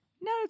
No